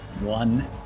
one